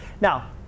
Now